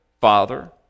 father